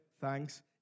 thanks